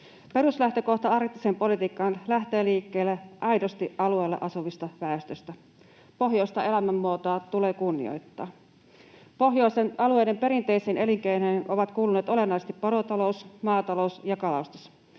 Peruslähtökohta arktiseen politiikkaan lähtee liikkeelle aidosti alueella asuvasta väestöstä. Pohjoista elämänmuotoa tulee kunnioittaa. Pohjoisten alueiden perinteisiin elinkeinoihin ovat kuuluneet olennaisesti porotalous, maatalous ja kalastus.